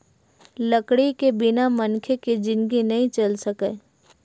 लकड़ी के बिना मनखे के जिनगी नइ चल सकय